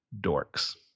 Dorks